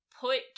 put